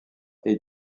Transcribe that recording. est